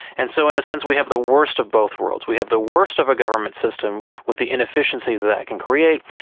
and so in a sense we have the worst of both worlds, we have the worst of a government system, with the inefficiency that that can create,